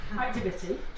activity